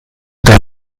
der